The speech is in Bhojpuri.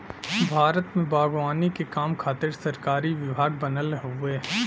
भारत में बागवानी के काम खातिर सरकारी विभाग बनल हउवे